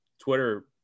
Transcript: Twitter